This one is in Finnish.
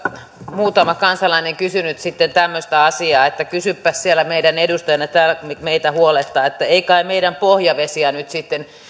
muutama kansalainen kysynyt tämmöistä asiaa että kysypäs siellä meidän edustajana kun meitä täällä huolettaa että ei kai meidän pohjavesiä nyt sitten